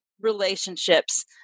relationships